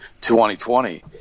2020